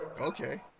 Okay